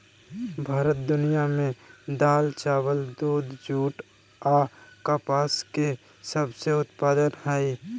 भारत दुनिया में दाल, चावल, दूध, जूट आ कपास के सबसे उत्पादन हइ